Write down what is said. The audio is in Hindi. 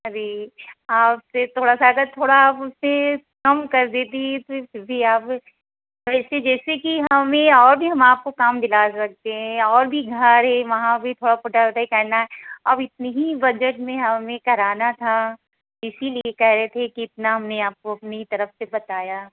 अभी आपसे थोड़ा सा अगर थोड़ा आप उसे कम कर देती तो दीदी आप वैसे जैसे कि हमें और भी हम आपको काम दिला सकते हैं और भी घर हैं वहां भी थोड़ा पुताई उताई करता हे और अब इतनी ही बजट में हमें कराना था इसलिए कह रहे थे कि इतना ही हमने आपको अपनी तरफ से बताया